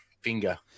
finger